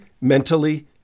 mentally